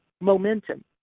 momentum